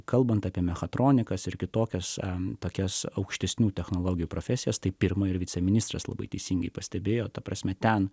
kalbant apie mechatronikas ir kitokias tokias aukštesnių technologijų profesijas tai pirma ir viceministras labai teisingai pastebėjo ta prasme ten